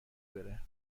بره